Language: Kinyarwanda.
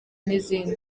n’izindi